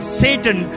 satan